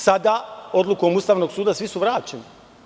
Sada, odlukom Ustavnog suda, svi su vraćeni.